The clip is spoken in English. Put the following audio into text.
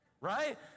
right